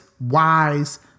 wise